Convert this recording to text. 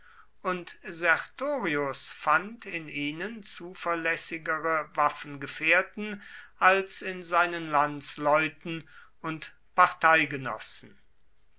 und sertorius fand in ihnen zuverlässigere waffengefährten als in seinen landsleuten und